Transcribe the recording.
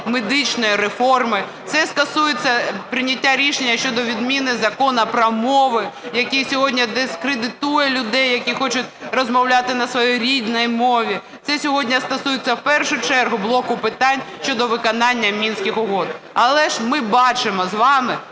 медичної реформи. Це стосується прийняття рішення щодо відміни Закону "Про мову", який сьогодні дискредитує людей, які хочуть розмовляти на своїй рідній мові. Це сьогодні стосується в першу чергу блоку питань щодо виконання Мінських угод. Але ж ми бачимо з вами,